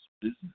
business